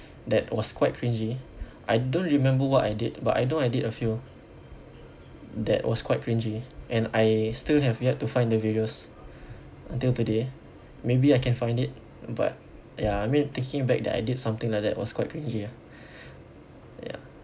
that was quite cringey I don't remember what I did but I know I did a few that was quite cringey and I still have yet to find the videos until today maybe I can find it but ya I mean taking it back that I did something like that was quite cringey ah ya